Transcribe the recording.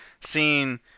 seeing